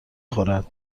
خورد